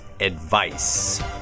Advice